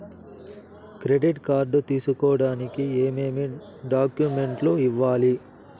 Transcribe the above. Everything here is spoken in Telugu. క్రెడిట్ కార్డు తీసుకోడానికి ఏమేమి డాక్యుమెంట్లు ఇవ్వాలి